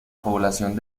población